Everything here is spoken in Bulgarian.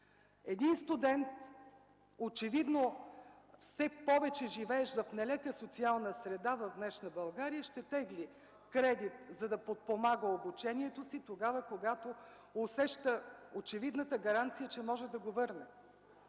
Един студент, очевидно все повече живеещ в нелека социална среда в днешна България, ще тегли кредит, за да подпомага обучението си, когато усеща очевидната гаранция, че може да го върне.